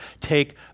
take